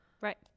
right